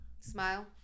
Smile